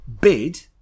bid